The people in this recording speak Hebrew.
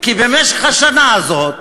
כי במשך השנה הזאת,